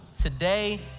Today